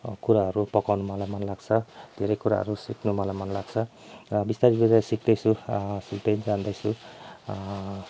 कुराहरू पकाउन मलाई मन लाग्छ धेरै कुराहरू सिक्न मलाई मन लाग्छ बिस्तारी बिस्तारी सिक्दैछु सिक्दै जाँदैछु